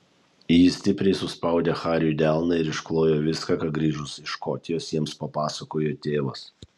ji stipriai suspaudė hariui delną ir išklojo viską ką grįžus iš škotijos jiems papasakojo tėvas